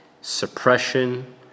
suppression